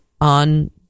on